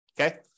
Okay